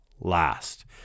last